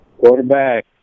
Quarterback